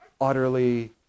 utterly